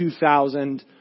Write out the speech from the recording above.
2000